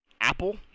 Apple